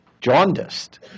jaundiced